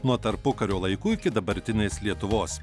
nuo tarpukario laikų iki dabartinės lietuvos